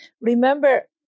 remember